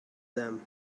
them